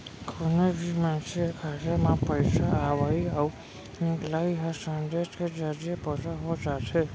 कोनो भी मनसे के खाता म पइसा अवइ अउ निकलई ह संदेस के जरिये पता हो जाथे